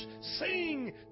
sing